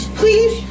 please